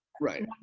Right